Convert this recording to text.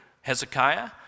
Hezekiah